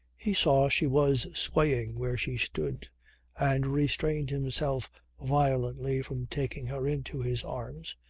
he saw she was swaying where she stood and restrained himself violently from taking her into his arms,